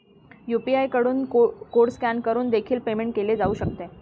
UPI कडून code scan करून देखील पेमेंट केले जाऊ शकते